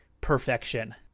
perfection